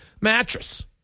Mattress